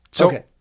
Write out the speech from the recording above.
Okay